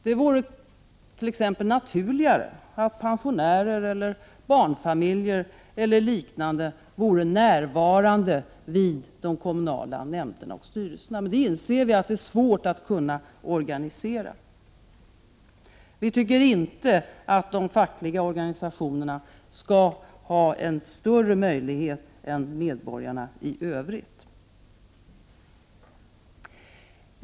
Det vore t.ex. naturligare att pensionärer, barnfamiljer o.d. vore närvarande vid de kommunala nämnderna och styrelserna, men vi inser att det är svårt att organisera detta. Vi tycker inte att de fackliga organisationerna skall ha större möjligheter än medborgarna i Övrigt.